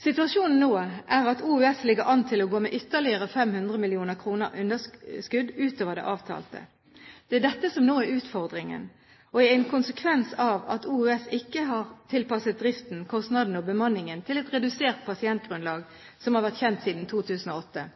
Situasjonen nå er at Oslo universitetssykehus ligger an til å gå med ytterligere 500 mill. kr i underskudd utover det avtalte. Det er dette som nå er utfordringen og en konsekvens av at Oslo universitetssykehus ikke har tilpasset driften, kostnadene og bemanningen til et redusert pasientgrunnlag som har vært kjent siden 2008. Oslo